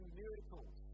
miracles